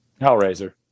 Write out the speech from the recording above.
Hellraiser